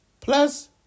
plus